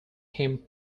him